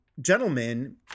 gentlemen